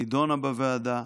נדונה בוועדה,